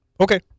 Okay